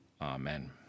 amen